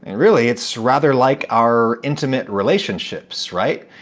and really, it's rather like our intimate relationships, right?